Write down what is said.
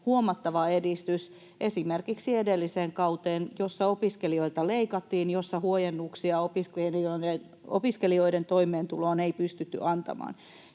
huomattava edistys esimerkiksi edelliseen kauteen, jolla opiskelijoilta leikattiin, jolla huojennuksia opiskelijoiden toimeentuloon ei pystytty antamaan.